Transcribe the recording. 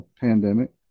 pandemic